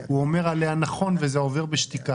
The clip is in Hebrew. שישתלם לו הוא לא ישקיע ולא יעשה לטובת הזולת.